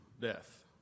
death